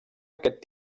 aquest